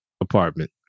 apartment